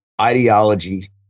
Ideology